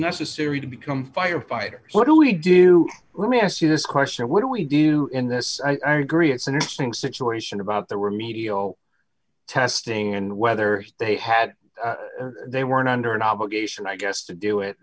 necessary to become firefighters what do we do let me ask you this question what do we do in this area it's an interesting situation about the remedial testing and whether they had they weren't under an obligation i guess to do it